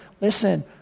listen